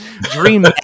Dream